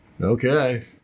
Okay